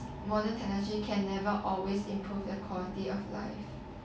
modern technology can never always improve quality of life